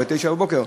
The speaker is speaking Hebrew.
ב-09:00.